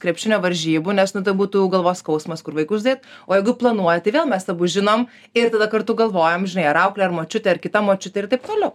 krepšinio varžybų nes nu ta būtų galvos skausmas kur vaikus dėt o jeigu planuoja tai vėl mes abu žinom ir tada kartu galvojam žinai ar auklė ar močiutė ar kita močiutė ir taip toliau